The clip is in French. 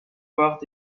voire